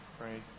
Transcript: right